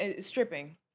Stripping